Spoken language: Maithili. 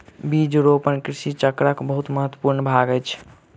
बीज रोपण कृषि चक्रक बहुत महत्वपूर्ण भाग अछि